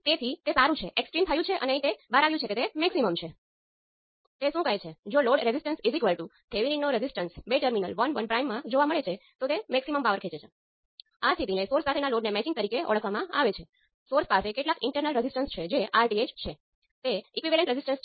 તેથી આ hybrid parameter તરીકે ઓળખાય છે અને તે હાઈબ્રિડ પેરામિટર છે કારણ કે આ વોલ્ટેજ h11 × કરંટ